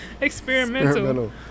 Experimental